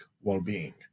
well-being